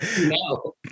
No